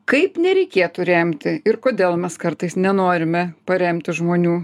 kaip nereikėtų remti ir kodėl mes kartais nenorime paremti žmonių